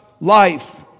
life